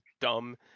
dumb